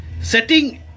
setting